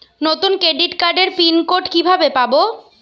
নতুন ক্রেডিট কার্ডের PIN code কিভাবে পাব?